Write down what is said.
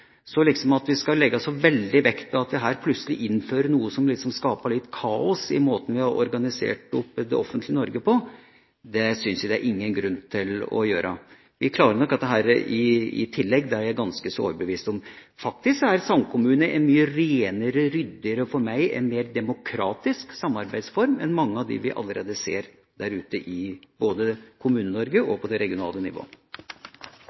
så jeg syns ikke det er noen grunn til at vi skal legge så veldig vekt på at vi her plutselig innfører noe som liksom skaper litt kaos i måten vi organiserer det offentlige Norge på. Vi klarer nok dette i tillegg, det er jeg ganske så overbevist om. Faktisk er samkommune en mye renere, ryddigere og for meg en mer demokratisk samarbeidsform enn mange av dem vi allerede ser der ute, både i Kommune-Norge og på det regionale nivå.